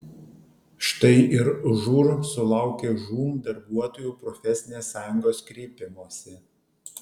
štai ir žūr sulaukė žūm darbuotojų profesinės sąjungos kreipimosi